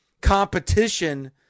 competition